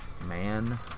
Man